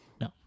No